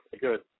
good